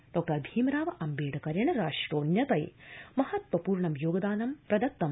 डॉ भीमराव अम्बेडकरेण राष्ट्रोन्नतये महत्त्वपूर्ण योगदानं प्रदत्तमु